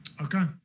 okay